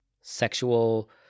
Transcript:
sexual